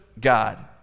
God